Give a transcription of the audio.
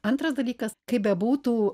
antras dalykas kaip bebūtų